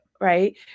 Right